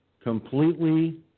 completely